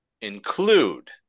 include